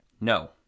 No